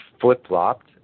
flip-flopped